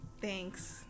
thanks